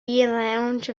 lounge